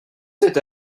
cet